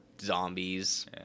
zombies